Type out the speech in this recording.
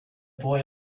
boy